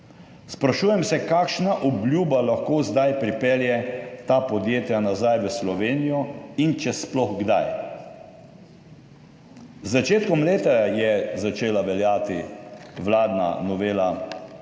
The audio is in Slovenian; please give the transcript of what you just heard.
Sprašujem se, kakšna obljuba lahko zdaj pripelje ta podjetja nazaj v Slovenijo in če sploh kdaj. Z začetkom leta je začela veljati vladna novela